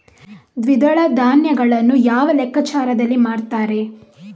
ದ್ವಿದಳ ಧಾನ್ಯಗಳನ್ನು ಯಾವ ಲೆಕ್ಕಾಚಾರದಲ್ಲಿ ಮಾರ್ತಾರೆ?